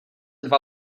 dva